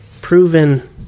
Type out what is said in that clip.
proven